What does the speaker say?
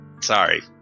Sorry